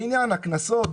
לעניין הקנסות,